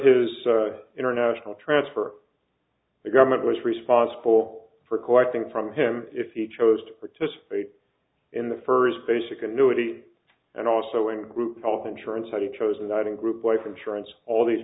his international transfer the government was responsible for collecting from him if he chose to participate in the first basic annuity and also in group health insurance had a chosen night in group life insurance all these